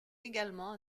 également